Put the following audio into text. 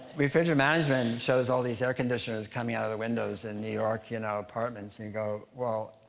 refrigerant management shows all these air conditioners coming out of the windows in new york you know apartments, and you go, well.